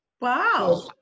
wow